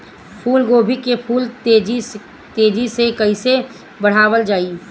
फूल गोभी के फूल तेजी से कइसे बढ़ावल जाई?